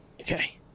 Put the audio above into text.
Okay